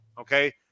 okay